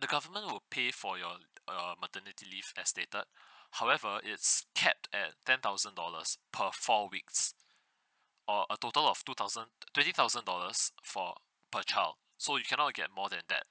the government will pay for your your maternity leave as stated however it's capped at ten thousand dollars per four weeks or a total of two thousand twenty thousand dollars for per child so you cannot get more than that